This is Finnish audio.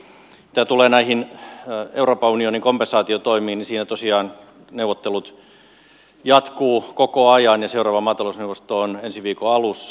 mitä tulee näihin euroopan unionin kompensaatiotoimiin niin siinä tosiaan neuvottelut jatkuvat koko ajan ja seuraava maatalousneuvosto on ensi viikon alussa